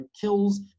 kills